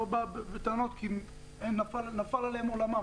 לא בא בטענות, כי אין, נפל עליהן עולמן.